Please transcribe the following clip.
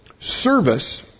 service